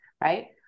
Right